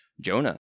Jonah